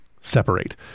separate